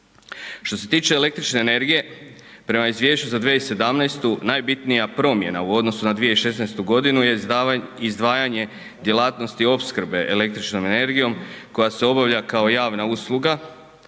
Što se tiče električne energije, prema izvješću za 2017., najbitnija promjena u odnosu na 2016. godinu je izdvajanje djelatnosti opskrbe električnom energijom, koja se obavlja kao javna usluga,